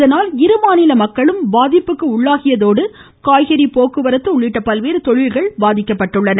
இதனால் இரு மாநில மக்களும் அங்கு பாதிப்புக்கு உள்ளாகியதோடு காய்கறி போக்குவரத்து உள்ளிட்ட பல்வேறு தொழில்கள் பாதிக்கப்பட்டுள்ளன